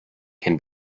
can